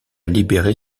libérer